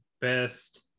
best